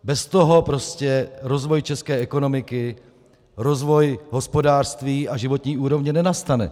Bez toho prostě rozvoj české ekonomiky, rozvoj hospodářství a životní úrovně nenastane.